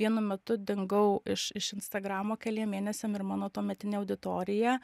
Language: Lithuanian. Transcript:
vienu metu dingau iš iš instagramo keliem mėnesiam ir mano tuometinė auditorija